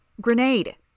Grenade